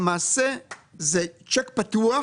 למעשה זה צ'ק פתוח